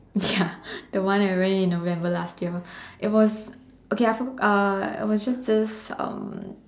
ya the one I went in November last year it was okay I forget uh it was just this um